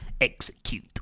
Execute